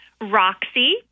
Roxy